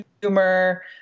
humor